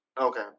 Okay